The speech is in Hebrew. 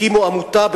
הקימו עמותה,